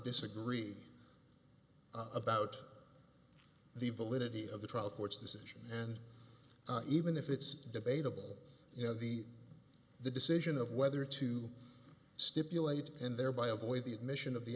disagree about the validity of the trial court's decision and even if it's debatable you know the the decision of whether to stipulate and thereby avoid the admission of the